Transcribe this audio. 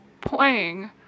playing